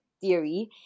theory